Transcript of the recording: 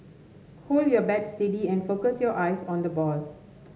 hold your bat steady and focus your eyes on the ball